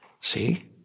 See